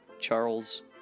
Charles